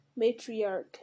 matriarch